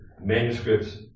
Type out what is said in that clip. manuscripts